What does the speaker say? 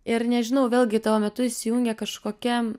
ir nežinau vėlgi tuo metu įsijungė kažkokia